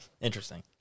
Interesting